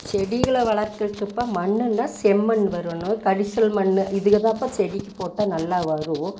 செடிகளை வளர்க்கிறதுப்பா மண்ணுன்னா செம்மண் வரணும் கரிசல் மண்ணு இதுகள் தாப்பா செடிக்கு போட்டால் நல்லா வரும்